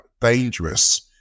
dangerous